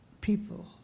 people